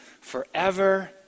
forever